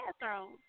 bathroom